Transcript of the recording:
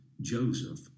Joseph